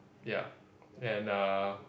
ya and uh